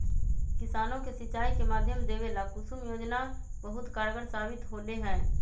किसानों के सिंचाई के माध्यम देवे ला कुसुम योजना बहुत कारगार साबित होले है